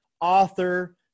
author